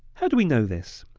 how do we know this?